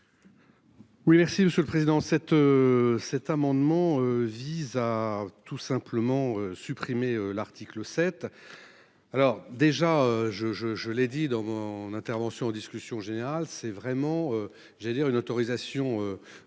Oui, merci Monsieur le Président cet. Cet amendement vise à tout simplement supprimer l'article 7. Alors déjà je je je l'ai dit dans mon intervention en discussion générale c'est vraiment j'allais dire une